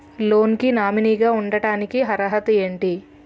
Loan కి nominee గా ఉండటానికి అర్హత ఏమిటి?